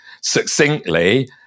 succinctly